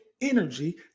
energy